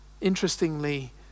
Interestingly